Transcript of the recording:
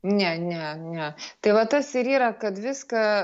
ne ne ne tai va tas ir yra kad viską